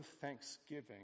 thanksgiving